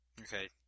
Okay